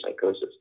psychosis